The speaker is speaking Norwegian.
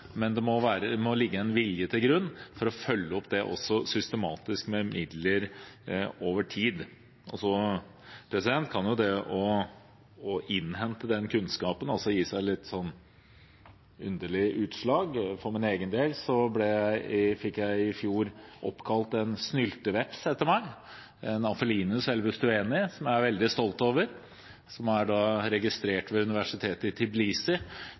men det må ligge en vilje til grunn for også å følge det opp systematisk, med midler over tid. Det å innhente den kunnskapen kan jo også gi seg litt underlige utslag. For min egen del fikk jeg i forfjor oppkalt en snylteveps etter meg, en Aphelinus elvestueni, som jeg er veldig stolt over. Den er registrert ved landbruksuniversitetet i Tbilisi, og dette gjøres i et samarbeid med Universitetet i